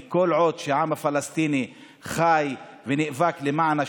כי כל עוד העם הפלסטיני חי ונאבק למען השחרור,